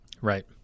Right